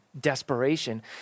desperation